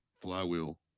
flywheel